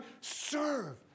serve